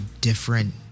different